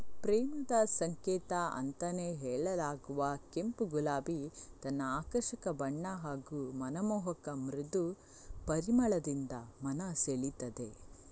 ಪ್ರೇಮದ ಸಂಕೇತ ಅಂತಾನೇ ಹೇಳಲಾಗುವ ಕೆಂಪು ಗುಲಾಬಿ ತನ್ನ ಆಕರ್ಷಕ ಬಣ್ಣ ಹಾಗೂ ಮನಮೋಹಕ ಮೃದು ಪರಿಮಳದಿಂದ ಮನ ಸೆಳೀತದೆ